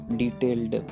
detailed